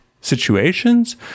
situations